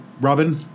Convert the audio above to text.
Robin